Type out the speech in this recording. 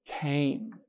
Came